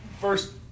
first